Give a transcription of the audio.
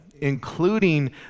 including